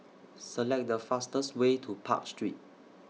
Select The fastest Way to Park Street